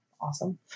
awesome